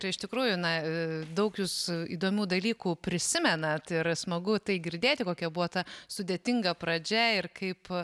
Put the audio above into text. tai iš tikrųjų na daug jūs įdomių dalykų prisimenate yra smagu tai girdėti kokia buvo ta sudėtinga pradžia ir kaip